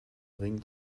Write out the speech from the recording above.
ring